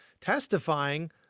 testifying